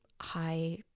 high